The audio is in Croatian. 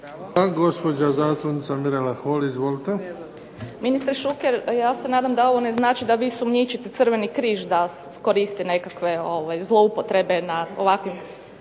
Izvolite. **Holy, Mirela (SDP)** Ministre Šuker, ja se nadam da ovo ne znači da vi sumnjičite Crveni križ da koristi nekakve zloupotrebe na ovakvim